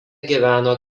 gyveno